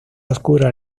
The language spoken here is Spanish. oscura